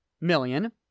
million